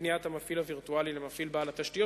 מפניית המפעיל הווירטואלי למפעיל בעל התשתית,